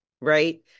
Right